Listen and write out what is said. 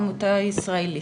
עמותה ישראלית.